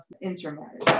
intermarriage